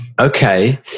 Okay